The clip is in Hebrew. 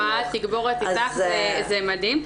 תגבורת איתך זה מדהים.